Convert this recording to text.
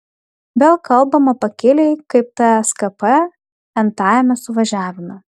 vėl kalbama pakiliai kaip tskp n tajame suvažiavime